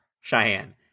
Cheyenne